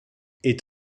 est